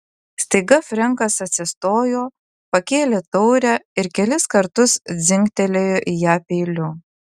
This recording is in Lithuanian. staiga frenkas atsistojo pakėlė taurę ir kelis kartus dzingtelėjo į ją peiliu